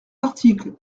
article